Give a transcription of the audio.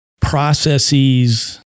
Processes